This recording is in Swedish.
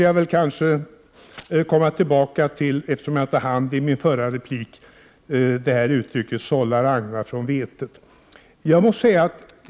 Jag måste, eftersom jag inte hann det i min förra replik, komma tillbaka till uttrycket sålla agnarna från vetet.